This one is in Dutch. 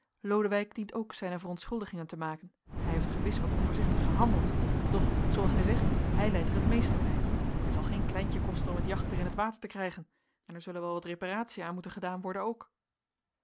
lodewijk dient ook zijne verontschuldigingen te maken hij heeft gewis wat onvoorzichtig gehandeld doch zooals hij zegt hij lijdt er het meeste bij want het zal geen kleintje kosten om het jacht weer in t water te krijgen en er zullen wel wat reparatiën aan moeten gedaan worden ook